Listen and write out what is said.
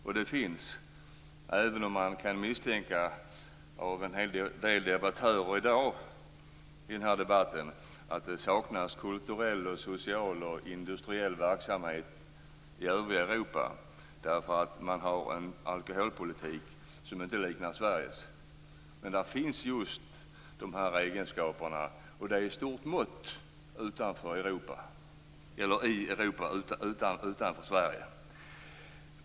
Av vad som har sagts av en del debattörer i dag kan man misstänka att det saknas kulturell, social och industriell verksamhet i övriga Europa eftersom det där finns en alkoholpolitik som inte liknar Sveriges. Men just de egenskaperna finns i stort mått i Europa utanför Sverige.